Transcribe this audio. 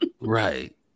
Right